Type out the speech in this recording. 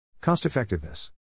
Cost-Effectiveness